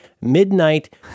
midnight